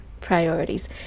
priorities